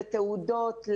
לתעודות,